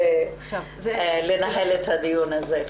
אפשר לי לנהל את הדיון הזה.